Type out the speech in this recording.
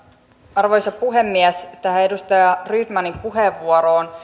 arvoisa puhemies tähän edustaja rydmanin puheenvuoroon